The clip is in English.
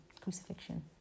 crucifixion